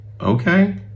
Okay